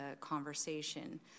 conversation